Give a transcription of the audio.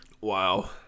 Wow